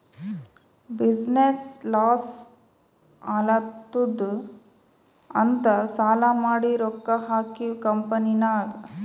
business loss ಆಲಾತ್ತುದ್ ಅಂತ್ ಸಾಲಾ ಮಾಡಿ ರೊಕ್ಕಾ ಹಾಕಿವ್ ಕಂಪನಿನಾಗ್